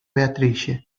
beatrice